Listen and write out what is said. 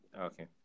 Okay